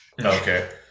okay